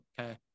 okay